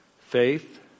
faith